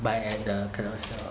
buy at the Carousell